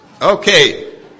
okay